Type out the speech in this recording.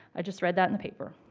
i just read that in the paper.